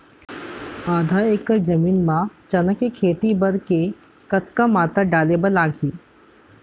आधा एकड़ जमीन मा चना के खेती बर के कतका मात्रा डाले बर लागही?